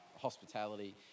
hospitality